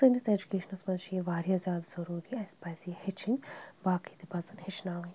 سٲنِس ایٚجوکیشنَس منٛز چھِ یہِ واریاہ زیادٕ ضروٗری اسہِ پَزِ یہِ ہیٚچھِنۍ باقٕے تہِ پَزیٚن ہیٚچھناوٕنۍ